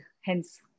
hence